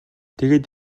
тэгээд